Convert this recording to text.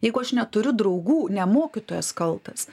jeigu aš neturiu draugų ne mokytojas kaltas